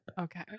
Okay